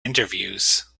interviews